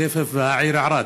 כסייפה והעיר ערד.